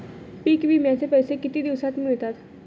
पीक विम्याचे पैसे किती दिवसात मिळतात?